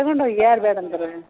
ತಗೊಂಡು ಹೋಗಿ ಯಾರು ಬೇಡಂದಾರೆ